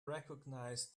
recognize